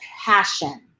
passion